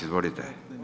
Izvolite.